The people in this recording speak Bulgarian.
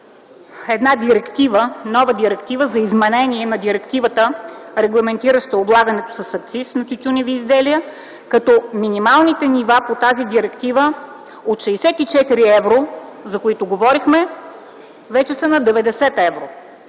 на Европа прие нова директива за изменение на директивата, регламентираща облагането с акциз на тютюневи изделия, като минималните нива по тази директива от 64 евро, за които говорихме, вече са на 90 евро,